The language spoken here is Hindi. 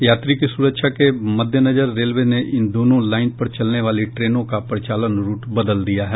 यात्री की सुरक्षा के मद्देनजर रेलवे ने इन दोनों लाइन पर चलने वाली ट्रेनों का परिचालन रूट बदल दिया है